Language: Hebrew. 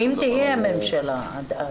אם תהיה ממשלה עד אז.